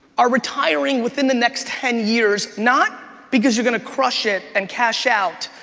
are retiring within the next ten years, not because you're gonna crush it and cash out,